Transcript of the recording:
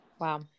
Wow